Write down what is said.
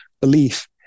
belief